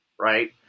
right